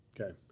Okay